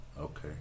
Okay